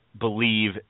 believe